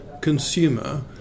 consumer